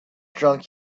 drunk